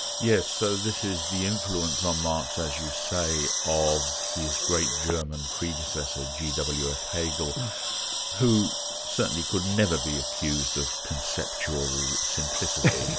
yes, so this is the influence on marx, as you say, of his great german predecessor, g. w. f. hegel who certainly could never be accused of conceptual simplicity,